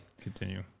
Continue